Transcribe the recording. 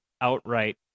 outright